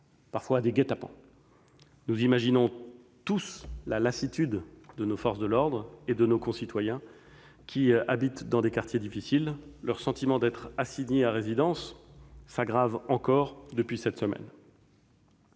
à des guets-apens. Nous imaginons tous la lassitude de nos forces de l'ordre et de nos concitoyens qui habitent dans des quartiers difficiles. Leur sentiment d'être assignés à résidence s'aggrave encore depuis sept semaines.